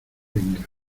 venga